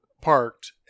parked